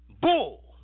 bull